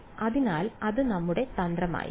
അതിനാൽ അത് നമ്മുടെ തന്ത്രമായിരിക്കും